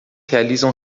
realizam